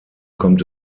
kommt